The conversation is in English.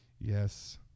Yes